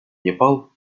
непал